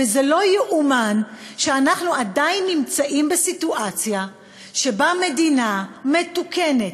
וזה לא ייאמן שאנחנו עדיין נמצאים בסיטואציה שבה מדינה מתוקנת,